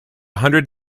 hundred